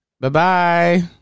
Bye-bye